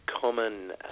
common